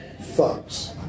thugs